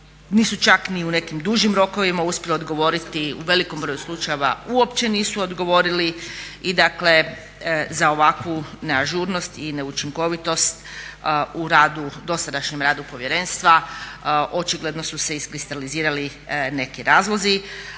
nisu čak ni u nekim dužim rokovima uspjeli odgovoriti, u velikom broju slučajeva uopće nisu odgovorili i dakle za ovakvu neažurnost i neučinkovitost u radu, dosadašnjem radu povjerenstva očigledno su se iskristalizirali neki razlozi,